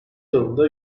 yılında